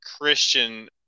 Christian